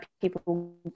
people